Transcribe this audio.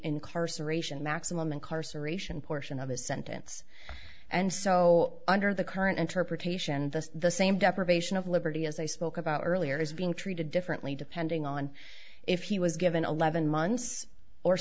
incarceration maximum incarceration portion of his sentence and so under the current interpretation the the same deprivation of liberty as i spoke about earlier is being treated differently depending on if he was given eleven months or